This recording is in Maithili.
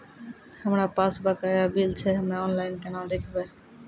हमरा पास बकाया बिल छै हम्मे ऑनलाइन केना देखबै?